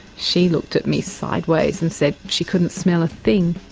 she looked at me sideways and said she couldn't smell a thing.